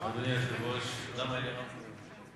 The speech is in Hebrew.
אדוני היושב-ראש, חברי חברי הכנסת,